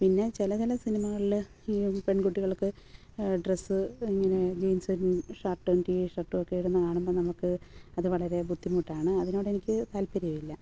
പിന്നെ ചില ചില സിനിമകളിൽ ഈ പെൺകുട്ടികൾക്ക് ഡ്രസ്സ് ഇങ്ങനെ ജീൻസും ഷർട്ടും ടിഷർട്ടും ഒക്കെ ഇടുന്നതു കാണുമ്പോൾ നമുക്ക് അത് വളരെ ബുദ്ധിമുട്ടാണ് അതിനോട് എനിക്ക് താല്പര്യമില്ല